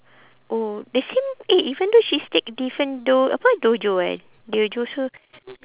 oh the same eh even though she's take different do~ apa dojo eh dojo so